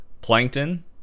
plankton